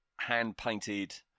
hand-painted